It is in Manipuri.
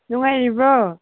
ꯅꯨꯡꯉꯥꯏꯔꯤꯕ꯭ꯔꯣ